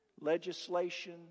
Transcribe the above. Legislation